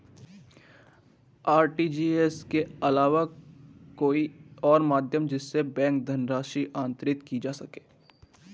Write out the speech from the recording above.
RTGS के अलावा कोई और माध्यम जिससे बैंक धनराशि अंतरित की जा सके?